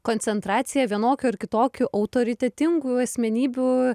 koncentracija vienokių ar kitokių autoritetingų asmenybių